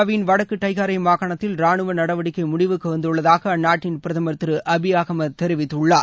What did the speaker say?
எத்தியோப்பியாவின் வடக்கு டைகரே மாகாணத்தில் ராணுவ நடவடிக்கை முடிவுக்கு வந்துள்ளதாக அந்நாட்டின் பிரதமர் திரு அபி அகமத் தெரிவித்துள்ளார்